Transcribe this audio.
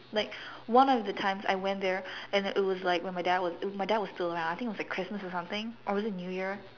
like one of the times I went there and it was like when my dad my dad was still around I think it was like Christmas or something or was it new year